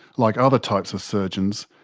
like other types of surgeons,